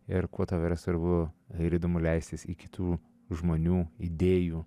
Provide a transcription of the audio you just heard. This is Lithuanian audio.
ir kuo tau yra svarbu ir įdomu leistis į kitų žmonių idėjų